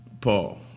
Paul